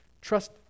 Trust